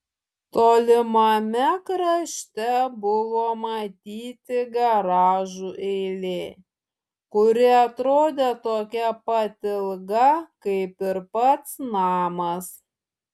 tolimame krašte buvo matyti garažų eilė kuri atrodė tokia pat ilga kaip ir pats namas